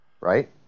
Right